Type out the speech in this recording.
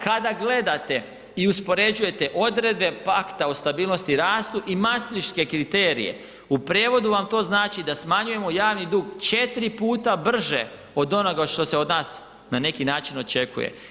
Kada gledate ili uspoređujete odredbe pakta o stabilnosti i rastu i mastriške kriterije u prevodu vam to znači da smanjujemo javni dug 4 puta brže od onoga što se od nas na neki način očekuje.